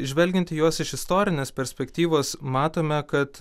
žvelgiant į juos iš istorinės perspektyvos matome kad